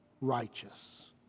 righteous